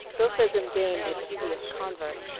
bilphism gained its easiest convert.